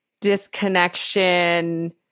disconnection